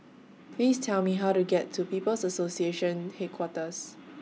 Please Tell Me How to get to People's Association Headquarters